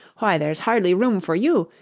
why, there's hardly room for you,